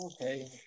Okay